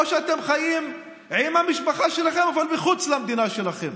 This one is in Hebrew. שאתם חיים עם המשפחה שלכם אבל מחוץ למדינה שלכם.